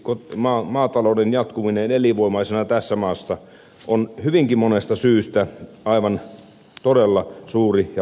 siksi maatalouden jatkuminen elinvoimaisena tässä maassa on hyvinkin monesta syystä aivan todella suuri ja vakava asia